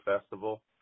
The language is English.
festival